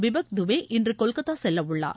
பிபக் துபே இன்று கொல்கத்தா செல்லவுள்ளார்